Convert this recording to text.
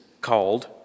called